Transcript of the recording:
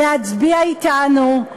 להצביע אתנו,